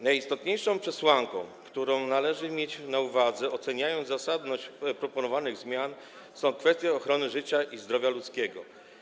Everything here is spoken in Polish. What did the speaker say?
Najistotniejszą przesłanką, którą należy mieć na uwadze, oceniając zasadność proponowanych zmian, są kwestie ochrony życia i zdrowia ludzkiego.